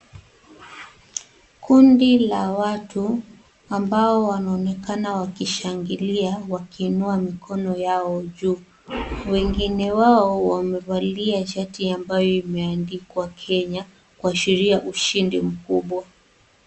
Kundi la watu, ambao wanaonekana wakishangilia wakiinua mikono yao juu. Wengine wao wamevalia shati ambayo imeandikwa Kenya, kuashiria ushindi mkubwa.